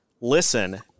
listen